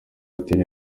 udatera